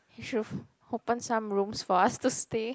should've open some rooms for us to stay